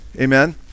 amen